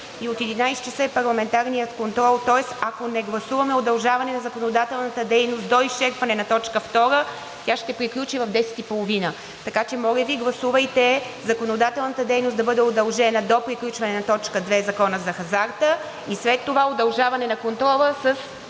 и от 11,00 ч. е парламентарният контрол, тоест, ако не гласуваме удължаване на законодателната дейност до изчерпване на т. 2, тя ще приключи в 10,30 ч. Така че, моля Ви, гласувайте законодателната дейност да бъде удължена до приключване на т. 2 – Закона за хазарта, и след това удължаване на контрола с